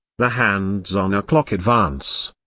the hands on a clock advance.